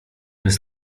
jest